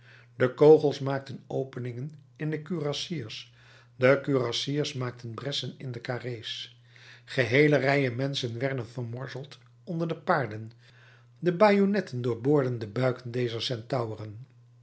de kogels maakten openingen in de kurassiers de kurassiers maakten bressen in de carré's geheele rijen menschen werden vermorzeld onder de paarden de bajonetten doorboorden de buiken dezer centauren